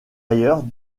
ailleurs